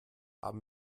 haben